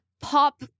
pop